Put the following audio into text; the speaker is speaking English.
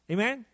Amen